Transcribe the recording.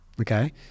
Okay